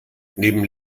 neben